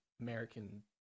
American